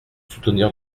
soutenir